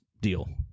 deal